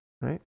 right